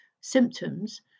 symptoms